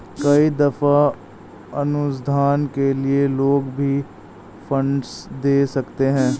कई दफा अनुसंधान के लिए लोग भी फंडस दे सकते हैं